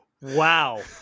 wow